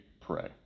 pray